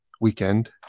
weekend